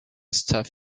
stuff